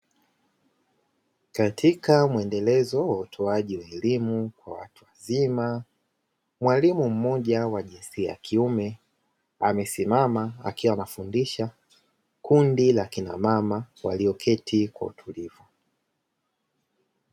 Katika mwendelezo wa utoaji wa elimu kwa watu wazima, mwalimu mmoja wa jinsia ya kiume amesimama akiwa anafundisha kundi la kinamama walioketi kwa utulivu.